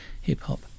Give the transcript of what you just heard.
hip-hop